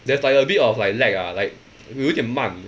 there's like a bit of like lag ah like 有一点慢